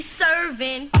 serving